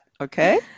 Okay